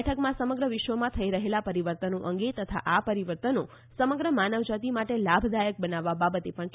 બેઠકમાં સમગ્ર વિશ્વમાં થઈ રહેલાં પરિવર્તનો અંગે તથા આ પરિવર્તનો સમગ્ર માનવજાતિ માટે લાભ દાયક બનાવવા બાબતે પણ ચર્ચા થઈ હતીં